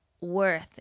worth